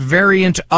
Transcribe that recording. variant